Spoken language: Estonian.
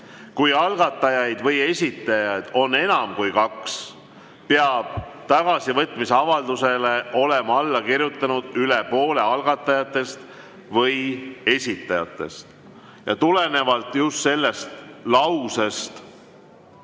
Kui algatajaid või esitajaid on enam kui kaks, peab tagasivõtmise avaldusele olema alla kirjutanud üle poole algatajatest või esitajatest."Tulenevalt just sellest kolmandast